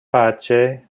pace